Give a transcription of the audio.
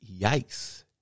Yikes